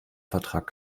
vertrag